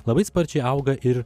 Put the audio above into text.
labai sparčiai auga ir